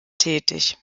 tätig